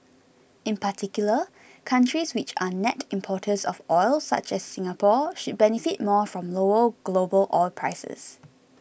in particular countries which are net importers of oil such as Singapore should benefit more from lower global oil prices